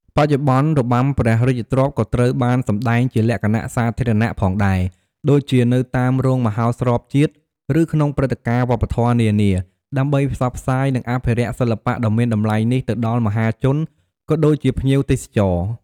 បច្ចុប្បន្ន របាំព្រះរាជទ្រព្យក៏ត្រូវបានសម្តែងជាលក្ខណៈសាធារណៈផងដែរ ដូចជានៅតាមរោងមហោស្រពជាតិ ឬក្នុងព្រឹត្តិការណ៍វប្បធម៌នានា ដើម្បីផ្សព្វផ្សាយ និងអភិរក្សសិល្បៈដ៏មានតម្លៃនេះទៅដល់មហាជន ក៏ដូចជាភ្ញៀវទេសចរណ៍។